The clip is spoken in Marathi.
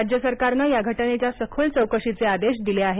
राज्य सरकारनं या घटनेच्या सखोल चौकशीचे आदेश दिले आहेत